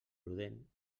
prudent